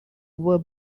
were